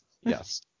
Yes